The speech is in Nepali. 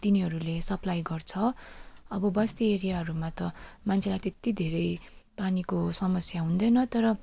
तिनीहरूले सप्लाई गर्छ अब बस्ती एरियाहरूमा त मान्छेलाई त्यति धेरै पानीको समस्या हुँदैन तर